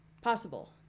possible